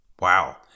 Wow